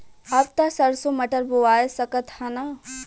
अब त सरसो मटर बोआय सकत ह न?